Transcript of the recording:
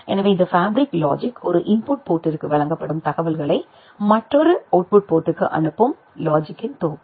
எனவே இந்த fabric logic ஒரு இன்புட் போர்ட்டிற்கு வழங்கப்படும் தகவல்களை மற்றொரு அவுட்புட் போர்ட்டிற்கு அனுப்பும் லாஜிக்கின் தொகுப்பு